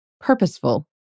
purposeful